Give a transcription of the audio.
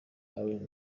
alain